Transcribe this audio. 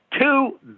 two